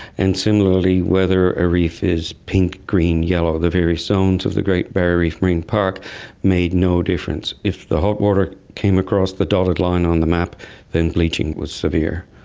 and similarly, whether a reef is pink, green, yellow, the very zones of the great barrier reef marine park made no difference. if the hot water came across the dotted line on the map then bleaching was severe.